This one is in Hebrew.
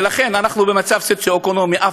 ולכן אנחנו במצב סוציו-אקונומי שבו אף